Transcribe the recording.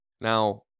Now